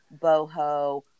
boho